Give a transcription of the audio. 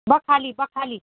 बखाली बखाली